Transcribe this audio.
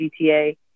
GTA